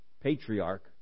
patriarch